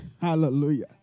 Hallelujah